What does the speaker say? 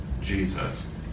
Jesus